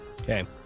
Okay